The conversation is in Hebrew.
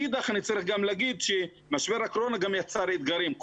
מאידך צריך לומר שמשבר הקורונה גם יצר אתגרים.